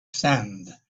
sand